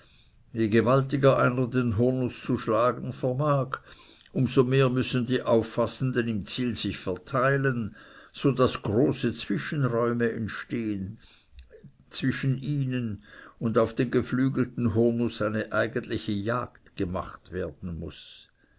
je gewaltiger einer den hurnuß zu schlagen vermag um so mehr müssen die auffassenden im ziel sich verteilen so daß große zwischenräume zwischen ihnen entstehen und auf den geflügelten hurnuß eine eigentliche jagd gemacht werden muß